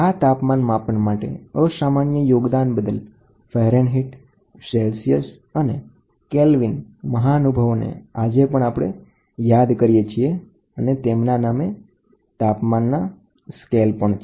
આ તાપમાન માપન માટે અસામાન્ય યોગદાન બદલ ફેરનહીટ સેલ્સિયસ અને કેલ્વિન જેવા મહાનુભાવોને આજે પણ યાદ કરાય છે